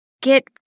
get